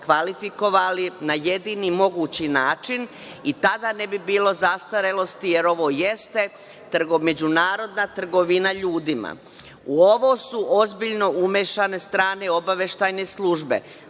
kvalifikovali na jedini mogući način i tada ne bi bilo zastarelosti, jer ovo jeste međunarodna trgovina ljudima.U ovo su ozbiljno umešane strane obaveštajne službe.